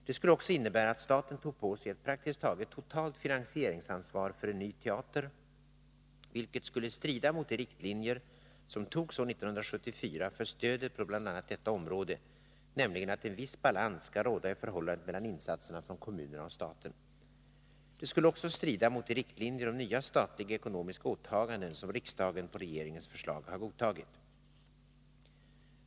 Det skulle också innebära att staten tog på sig ett praktiskt taget totalt finansieringsansvar för en ny teater, vilket skulle strida mot de riktlinjer som togs år 1974 för stödet på bl.a. detta område, nämligen att en viss balans skulle råda i förhållandet mellan insatserna från kommunerna och staten. Det skulle också strida mot de riktlinjer om nya statliga ekonomiska åtaganden som riksdagen på regeringens förslag godtagit.